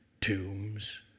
tombs